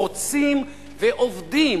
רוצים ועובדים,